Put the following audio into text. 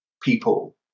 people